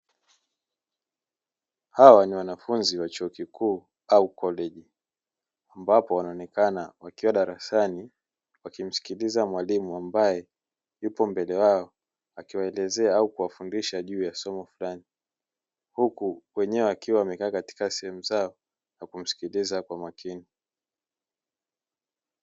Hawa ni wanafunzi wa chuo kikuu au koleji, ambapo anaonekana wakiwa darasani wakimsikiliza mwalimu ambaye yupo mbele yao, akiwaelezea au kuwafundisha juu ya somo fulani, huku wenyewe akiwa amekaa katika sehemu zao na kumsikiliza kwa makini.